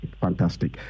fantastic